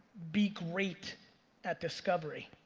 be great at discovery.